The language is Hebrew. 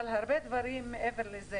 אבל הרבה דברים שהם מעבר לזה,